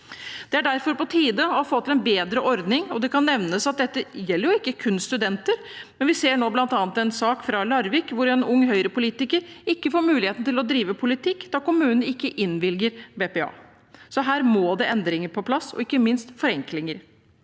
Det er derfor på tide å få til en bedre ordning, og det kan nevnes at det ikke kun gjelder studenter. Vi ser nå bl.a. en sak fra Larvik, hvor en ung Høyre-politiker ikke får mulighet til å drive med politikk, da kom munen ikke innvilget BPA. Her må det endringer og ikke minst forenklinger